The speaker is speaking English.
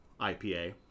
IPA